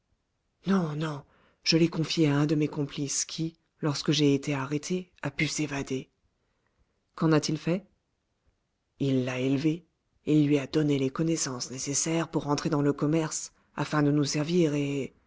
non non je l'ai confié à un de mes complices qui lorsque j'ai été arrêté a pu s'évader qu'en a-t-il fait il l'a élevé il lui a donné les connaissances nécessaires pour entrer dans le commerce afin de nous servir et